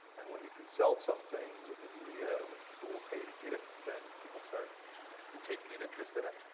and when you can sell something within media when people will pay to get it, then people start taking an interest in it.